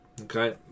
Okay